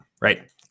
right